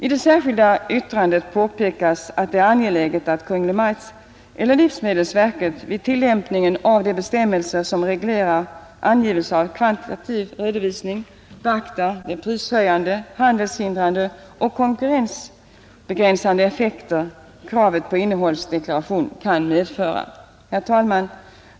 I det särskilda yttrandet påpekas att det är angeläget att Kungl. Maj:t eller livsmedelsverket vid tillämpningen av de bestämmelser som reglerar angivelse av kvantitativ redovisning beaktar de prishöjande, handelshindrande och konkurrensbegränsande effekter kravet på innehållsdeklaration kan medföra. Herr talman!